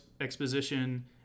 exposition